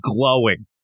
glowing